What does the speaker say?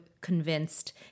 convinced